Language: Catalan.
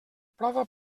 prova